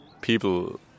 people